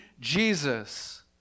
Jesus